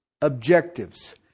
objectives